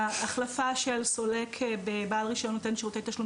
ההחלפה של סולק בבעל רישיון נותן שירותי תשלום